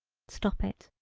stop it,